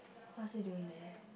what's he doing there